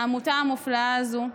העמותה המופלאה הזו,